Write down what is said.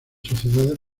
sociedades